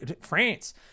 france